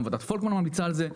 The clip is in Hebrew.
גם ועדת פולקמן ממליצה על זה,